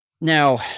Now